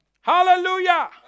Hallelujah